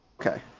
Okay